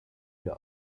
wir